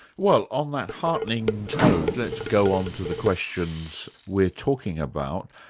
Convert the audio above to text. well on that heartening tone, let's go on to the questions we're talking about.